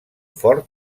fort